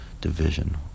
division